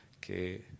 que